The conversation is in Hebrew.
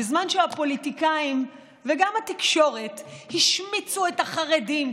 בזמן שהפוליטיקאים וגם התקשורת השמיצו את החרדים,